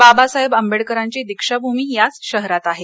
बाबासाहेब आंबेडकरांची दीक्षाभूमी याच शहरात आहे